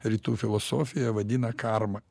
rytų filosofija vadina karma